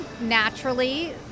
naturally